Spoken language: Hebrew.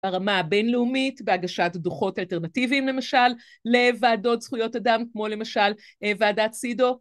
הרמה הבינלאומית בהגשת דוחות אלטרנטיביים למשל, לוועדות זכויות אדם כמו למשל ועדת סידו.